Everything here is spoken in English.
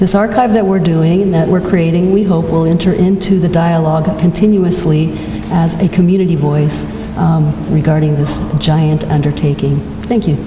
this archive that we're doing and that we're creating we hope will enter into the dialogue continuously as a community voice regarding this giant undertaking thank